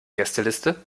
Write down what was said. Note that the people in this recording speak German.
gästeliste